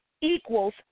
equals